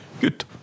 Good